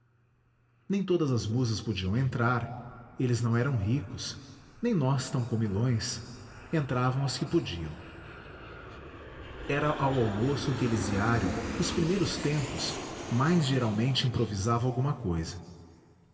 nem todas as musas podiam entrar eles não eram ricos nem nós tão comilões entravam as que podiam era ao almoço que elisiário nos primeiros tempos mais geralmente improvisava alguma cousa